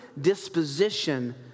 disposition